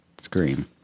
Scream